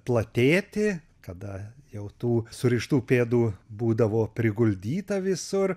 platėti kada jau tų surištų pėdų būdavo priguldyta visur